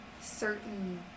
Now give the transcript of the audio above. certain